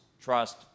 trust